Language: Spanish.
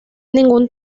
ningún